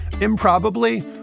improbably